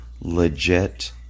legit